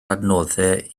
adnoddau